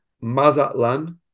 Mazatlan